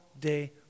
day